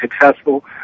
successful